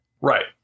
Right